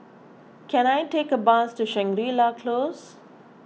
can I take a bus to Shangri La Close